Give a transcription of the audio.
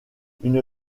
une